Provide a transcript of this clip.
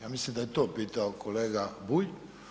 Ja mislim da je to pitao kolega Bulj.